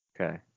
Okay